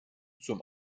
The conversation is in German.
zum